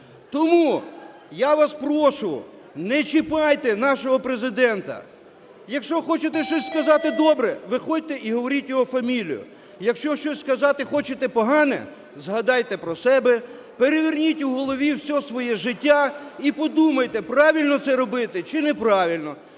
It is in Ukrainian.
Тому я вас прошу, не чіпайте нашого Президента. Якщо хочете щось сказати добре, виходьте і говоріть його фамілію. Якщо щось сказати хочете погане, згадайте про себе, переверніть у голові все своє життя і подумайте, правильно це робити чи неправильно.